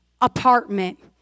apartment